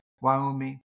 Wyoming